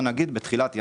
בוא נגיד בתחילת ינואר.